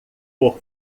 por